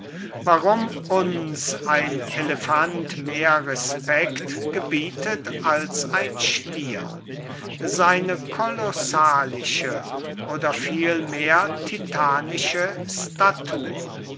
warum uns ein elefant mehr respekt gebietet als ein stier seine kolossalische oder vielmehr titanische statur